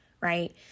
right